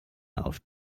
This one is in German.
auf